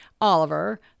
Oliver